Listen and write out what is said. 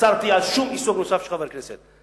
אסרתי עיסוק נוסף של חברי הכנסת.